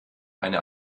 eine